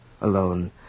alone